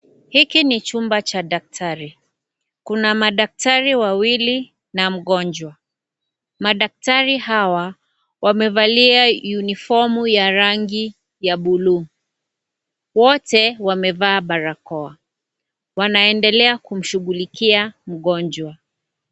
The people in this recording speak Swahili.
Hiki ni chumba cha daktari, kuna madaktari wawili na mgonjwa, madaktari hawa wamevalia yunifomu ya rangi ya buluu, wote wamevaa barakoa, wanaendelea kumshughulikia mgonjwa.